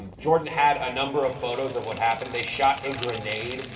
and jordan had a number of photos of what happened. they shot a grenade,